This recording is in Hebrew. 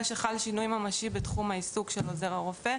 שחל שינוי ממשי בתחום העיסוק של עוזר הרופא,